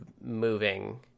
moving